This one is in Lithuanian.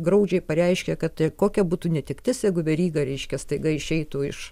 graudžiai pareiškia kad tai kokia būtų netektis jeigu veryga reiškia staiga išeitų iš